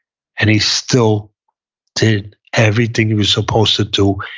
and he still did everything he was supposed to do,